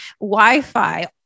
Wi-Fi